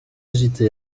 agité